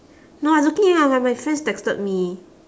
no I looking at my my friends texted me